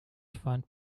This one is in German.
warnt